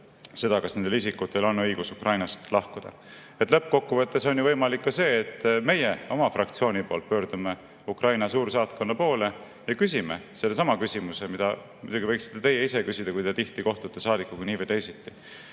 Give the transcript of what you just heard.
seda, kas nendel isikutel on õigus Ukrainast lahkuda. Lõppkokkuvõttes on ju võimalik ka see, et meie oma fraktsiooni nimel pöördume Ukraina suursaatkonna poole ja küsime sellesama küsimuse, mida muidugi võiksite teie ise küsida, kui te tihti kohtute saadikuga nii või teisiti.